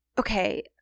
okay